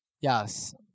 Yes